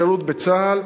השירות בצה"ל,